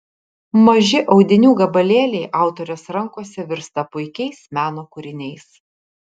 maži audinių gabalėliai autorės rankose virsta puikiais meno kūriniais